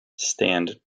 stand